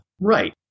Right